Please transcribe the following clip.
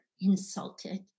insulted